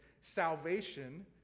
salvation